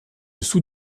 sous